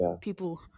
people